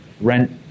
rent